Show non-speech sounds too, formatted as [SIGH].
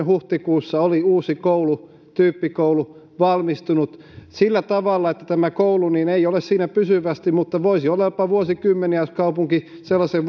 [UNINTELLIGIBLE] huhtikuussa oli uusi koulu tyyppikoulu valmistunut sillä tavalla että tämä koulu ei ole siinä pysyvästi mutta voisi olla jopa vuosikymmeniä jos kaupunki tekee sellaisen [UNINTELLIGIBLE]